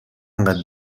اینقد